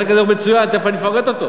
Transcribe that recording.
החלק הזה הוא מצוין, תכף אני אפרט אותו.